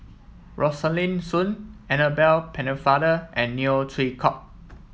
Rosaline Soon Annabel Pennefather and Neo Chwee Kok